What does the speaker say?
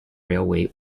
railway